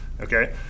Okay